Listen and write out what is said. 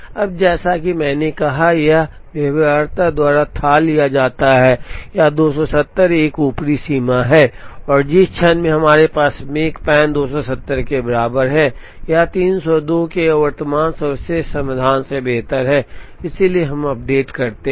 अब जैसा कि मैंने कहा था यह व्यवहार्यता द्वारा थाह लिया जाता है यह 270 एक ऊपरी सीमा है और जिस क्षण में हमारे पास मेकपैन 270 के बराबर है यह 302 के वर्तमान सर्वश्रेष्ठ समाधान से बेहतर है इसलिए हम अपडेट करते हैं